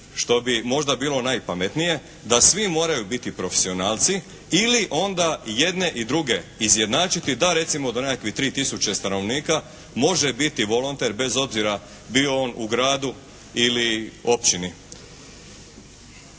što bi možda bilo najpametnije da svi moraju biti profesionalci ili onda i jedne i druge izjednačiti da recimo do nekakvih 3000 stanovnika može biti volonter bez obzira bio on u gradu ili općini.